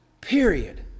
period